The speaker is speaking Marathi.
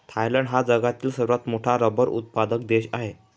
थायलंड हा जगातील सर्वात मोठा रबर उत्पादक देश आहे